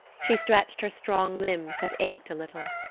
she stretched her strong limbs that ached a little.